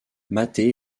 mater